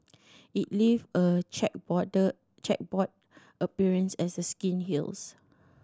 it leave a chequerboard appearance as the skin heals